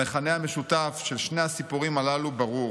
המכנה המשותף של שני הסיפורים הללו ברור: